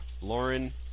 Lauren